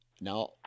now